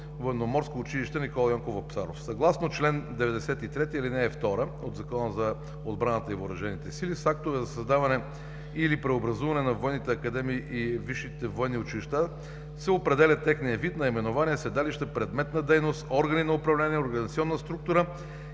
военноморско училище „Никола Йонков Вапцаров“. Съгласно чл. 93, ал. 2 от Закона за отбраната и въоръжените сили с актове за създаване или преобразуване на военните академии и висшите военни училища се определя техният вид, наименование, седалище, предмет на дейност, органи на управление, организационна структура и